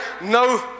no